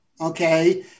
Okay